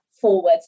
forward